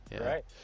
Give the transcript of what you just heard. Right